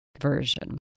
version